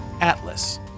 Atlas